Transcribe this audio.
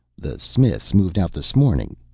the smiths moved out this morning,